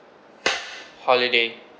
holiday